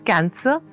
Cancer